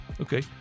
Okay